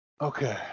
Okay